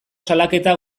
salaketa